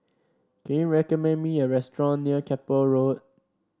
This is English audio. can you recommend me a restaurant near Keppel Road